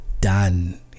done